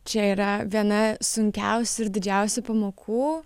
čia yra viena sunkiausių ir didžiausių pamokų